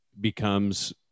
becomes